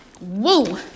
woo